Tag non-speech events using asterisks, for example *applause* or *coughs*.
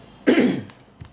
*coughs*